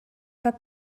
pas